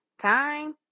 time